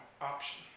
option